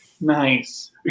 Nice